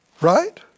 Right